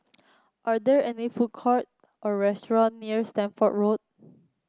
are there any food court or restaurant near Stamford Road